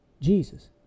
Jesus